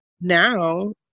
now